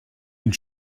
une